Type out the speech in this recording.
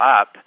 up